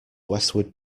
westward